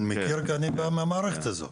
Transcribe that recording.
אני מכיר כי אני בא מהמערכת הזו.